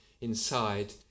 inside